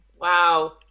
wow